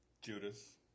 Judas